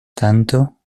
tanto